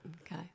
Okay